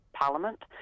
Parliament